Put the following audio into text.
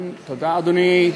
תודה, אדוני.